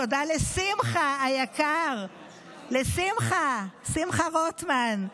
תודה לשמחה היקר, לשמחה, שמחה רוטמן,